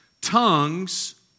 Tongues